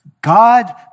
God